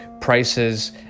prices